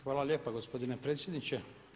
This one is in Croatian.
Hvala lijepa gospodine predsjedniče.